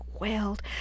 wailed